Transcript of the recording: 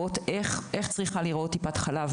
אנחנו רוצים להבין איך צריכה להיראות טיפת חלב,